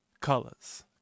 colors